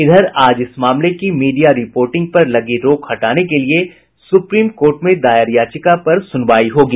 इधर आज इस मामले की मीडिया रिर्पोटिंग पर लगी रोक हटाने के लिए सुप्रीम कोर्ट में दायर याचिका पर सुनवाई होगी